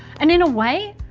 and in a way,